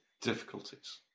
difficulties